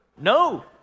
no